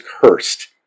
cursed